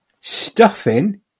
stuffing